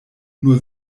nur